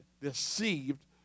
deceived